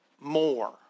more